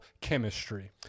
chemistry